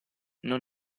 non